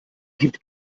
gibt